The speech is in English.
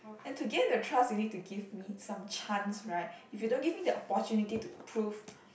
and to gain the trust you need to give me some chance right if you don't give me the opportunity to prove